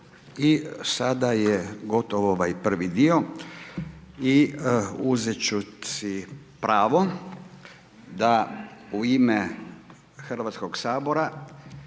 sada je gotov ovaj prvi dio. I uzeti ću si pravo da u ime Hrvatskog sabora